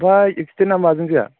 ओमफ्राय एक्सिदेन्टआ माजों जाया